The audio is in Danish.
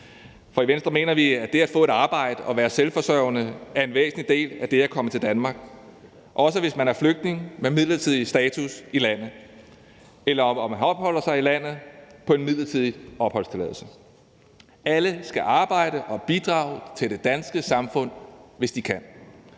For i Venstre mener vi, at det at få et arbejde og være selvforsørgende er en væsentlig del af det at komme til Danmark, også hvis man er flygtning med midlertidig status i landet eller man opholder sig i landet på en midlertidig opholdstilladelse. Alle skal arbejde og bidrage til det danske samfund, hvis de kan.